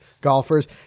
golfers